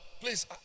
please